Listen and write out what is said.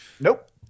nope